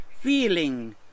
feeling